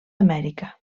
amèrica